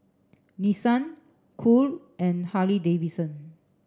Nissan Cool and Harley Davidson